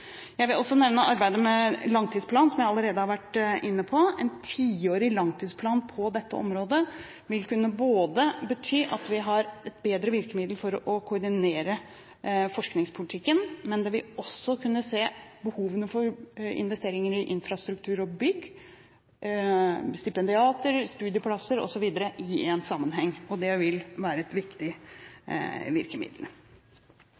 Jeg vil også nevne arbeidet med en langtidsplan, som jeg allerede har vært inne på. En tiårig langtidsplan på dette området vil kunne bety at vi har et bedre virkemiddel for å koordinere forskningspolitikken, men man vil også kunne se behovene for investeringer i infrastruktur og bygg, stipendiater, studieplasser osv. i én sammenheng. Det vil være et viktig